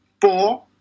four